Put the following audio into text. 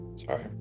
Sorry